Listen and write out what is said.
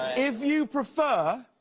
if you prefer